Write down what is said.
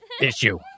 issue